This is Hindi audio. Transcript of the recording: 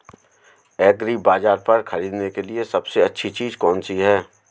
एग्रीबाज़ार पर खरीदने के लिए सबसे अच्छी चीज़ कौनसी है?